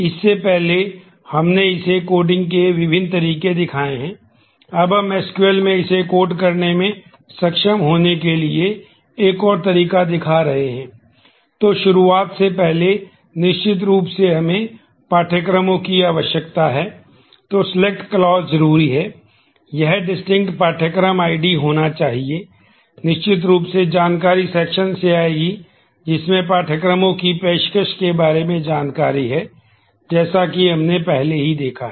इससे पहले हमने इसे कोडिंग से आएगी जिसमें पाठ्यक्रमों की पेशकश के बारे में जानकारी है जैसा कि हमने पहले ही देखा है